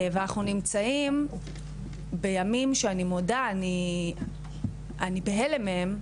ואנחנו נמצאים בימים שאני מודה, אני בהלם מהם.